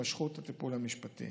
התמשכות הטיפול המשפטי